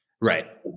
right